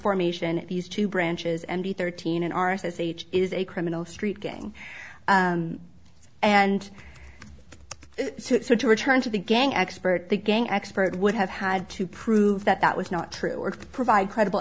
formation these two branches and the thirteen are says h is a criminal street gang and so to return to the gang expert the gang expert would have had to prove that that was not true or provide credible